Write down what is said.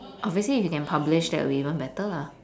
obviously if you can publish that would be even better lah